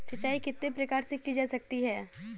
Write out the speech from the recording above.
सिंचाई कितने प्रकार से की जा सकती है?